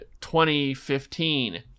2015